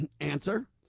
Answer